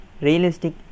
realistic